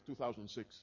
2006